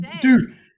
Dude